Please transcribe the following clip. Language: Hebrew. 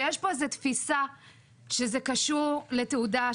ויש פה איזו תפיסה שזה קשור לתעודה,